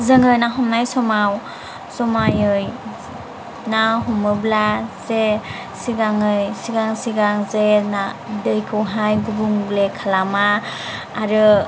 जोङो ना हमनाय समाव जमायै ना हमोब्ला जे सिगाङै सिगां सिगां जे ना दैखौहाय गुबुंले खालामा आरो